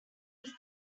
was